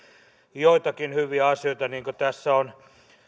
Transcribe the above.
joitakin hyviä asioita niin kuin tässä on